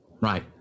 Right